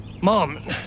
Mom